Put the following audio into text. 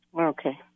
Okay